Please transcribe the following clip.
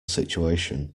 situation